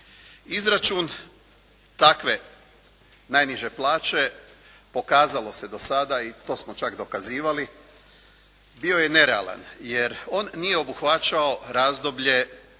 Izračun takve najniže plaće pokazalo se do sada i to smo čak dokazivali bio je nerealan jer on nije obuhvaćao razdoblje